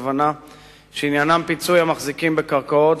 שעניינן פיצוי המחזיקים בקרקעות,